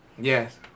Yes